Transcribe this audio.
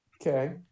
Okay